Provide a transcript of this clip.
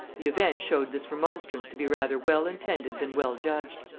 the event showed this remonstrance to be rather well-intended than well-judged.